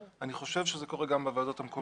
אני חושב שזה קורה גם בוועדות המקומיות.